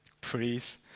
Please